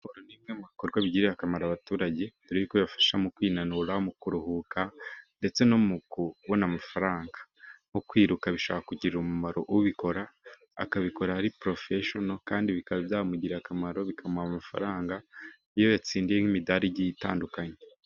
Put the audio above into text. Siporo ni imwe mu bikorwa bigirira akamaro abaturage dore yuko yafasha mu kwinanura, mu kuruhuka ndetse no mu kubona amafaranga. Nko kwiruka bishaka kugira umumaro ubikora akabikora ari porofeshono kandi bikaba byamugirarira akamaro bikamuha amafaranga iyo yatsindiye nk'imidari igiye itandukanye.